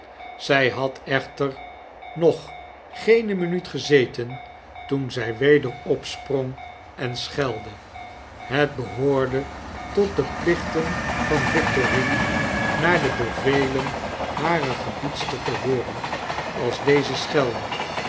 zij had echter nog geene minuut gezeten toen zij weder opsprong en schelde het behoorde tot de plichten van victorine naar de bevelen harer gebiedster te hooren als deze schelde